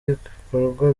ibikorwa